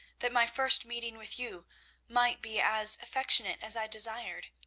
that my first meeting with you might be as affectionate as i desired.